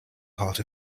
part